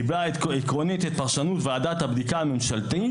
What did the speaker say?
קיבע עקרונית את פרשנות ועדת הבדיקה הממשלתית